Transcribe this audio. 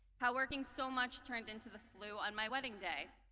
how working so much turned into the flu on my wedding day.